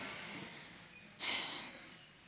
בכיף.